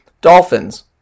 Dolphins